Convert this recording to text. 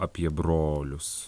apie brolius